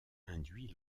induit